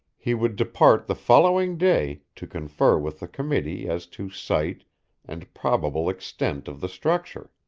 he would depart the following day to confer with the committee as to site and probable extent of the structure.